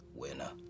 winner